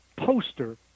poster